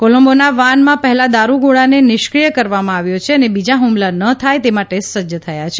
કોલંબોમાં વાનમાં પહેલા દારૂગોળાને નિષ્કિય કરવામાં આવ્યો છે અને બીજા હુમલા ન થાય તે માટે સજ્જ થયા છે